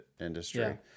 industry